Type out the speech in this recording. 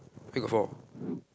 where got four